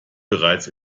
bereits